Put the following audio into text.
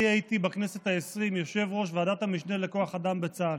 אני הייתי בכנסת העשרים יושב-ראש ועדת המשנה לכוח אדם בצה"ל,